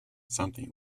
something